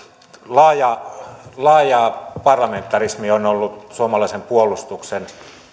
laaja parlamentarismi on ollut suomalaisen puolustuksen